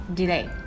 delay